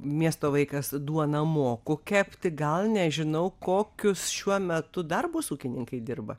miesto vaikas duoną moku kepti gal nežinau kokius šiuo metu darbus ūkininkai dirba